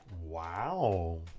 Wow